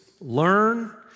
Learn